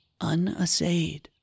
unassayed